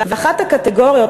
ואחת הקטגוריות,